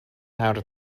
out